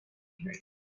hill